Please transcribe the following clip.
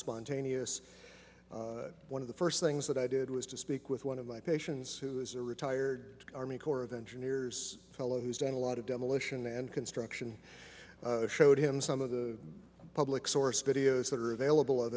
spontaneous one of the first things that i did was to speak with one of my patients who is a retired army corps of engineers fellow who's done a lot of demolition and construction showed him some of the public sourced videos that are available